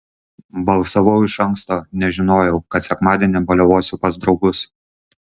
balsavau iš anksto nes žinojau kad sekmadienį baliavosiu pas draugus